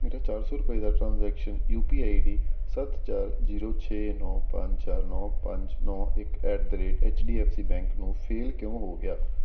ਮੇਰਾ ਚਾਰ ਸੌ ਰੁਪਏ ਦਾ transaction U P I I D ਸੱਤ ਚਾਰ ਜੀਰੋ ਛੇ ਨੌਂ ਪੰਜ ਚਾਰ ਨੌਂ ਪੰਜ ਨੌਂ ਇੱਕ at the rate H D F C bank ਨੂੰ ਫੇਲ ਕਿਉਂ ਹੋ ਗਿਆ